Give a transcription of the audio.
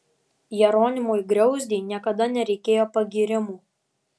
jeronimui griauzdei niekada nereikėjo pagyrimų